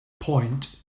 point